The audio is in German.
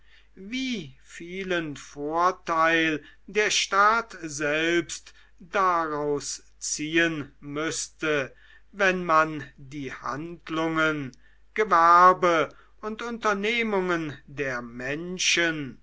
wie vielen vorteil der staat selbst daraus ziehen müßte wenn man die handlungen gewerbe und unternehmungen der menschen